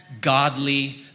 godly